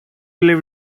believe